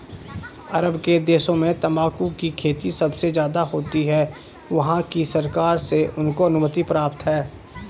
अरब के देशों में तंबाकू की खेती सबसे ज्यादा होती है वहाँ की सरकार से उनको अनुमति प्राप्त है